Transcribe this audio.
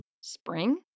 Spring